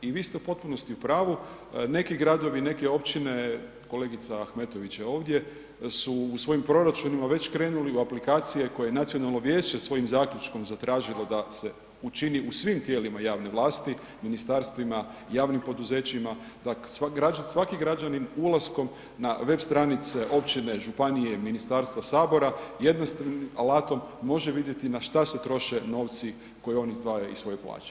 I vi ste u potpunosti u pravu, neki gradovi, neke općine, kolegica Ahmetović je ovdje, su u svojim proračunima već krenuli u aplikacije koje je nacionalno vijeće svojim zaključkom zatražilo da se učini u svim tijelima javne vlasti, ministarstvima, javnim poduzećima, dakle svaki građanin ulaskom na web stranice općine, županije, ministarstva, sabora jednostavnim alatom može vidjeti na što se troše novci koje oni izdvajaju iz svojih plaća.